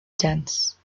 dense